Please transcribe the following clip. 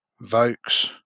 Vokes